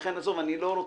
לכן, עזוב, אני לא רוצה,